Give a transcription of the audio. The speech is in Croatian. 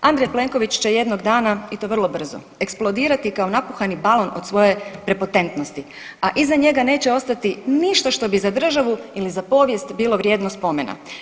Andrej Plenković će jednog dana i to vrlo brzo eksplodirati kao napuhani balon od svoje prepotentnosti, a iza njega neće ostati ništa što bi za državu ili za povijest bilo vrijedno spomena.